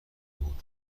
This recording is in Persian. بود